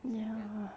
ya